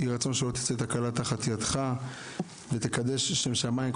יהי רצון שלא תצא תקלה תחת ידך ושתקדש שם שמיים,